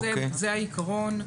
זה העיקרון.